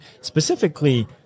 specifically